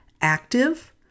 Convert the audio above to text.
active